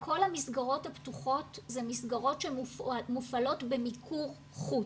כל המסגרות הפתוחות אלה מסגרות שמופעלות במיקור חוץ,